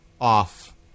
off